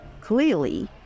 clearly